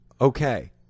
Okay